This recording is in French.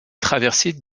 traversée